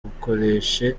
bukoreshe